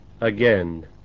again